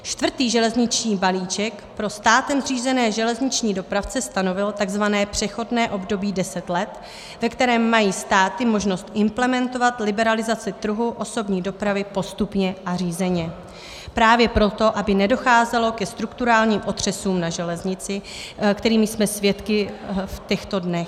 Čtvrtý železniční balíček pro státem zřízené železniční dopravce stanovil takzvané přechodné období deset let, ve kterém mají státy možnost implementovat liberalizaci trhu osobní dopravy postupně a řízeně právě proto, aby nedocházelo ke strukturálním otřesům na železnici, kterých jsme svědky v těchto dnech.